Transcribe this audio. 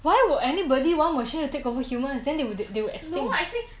why would anybody want machine to take over humans then they will then they will extinct